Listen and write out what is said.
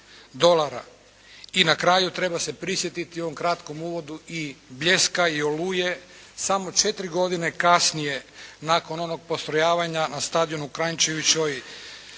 I na kraju, treba se prisjetiti u ovom kratkom uvodu i "Bljeska" i "Oluje" samo 4 godine kasnije, nakon onog postrojavanja na stadionu u Kranjčevićevoj